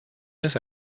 this